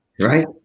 Right